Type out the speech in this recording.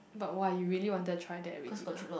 but why you really wanted to try that already lah